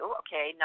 okay